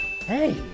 Hey